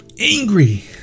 angry